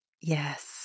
Yes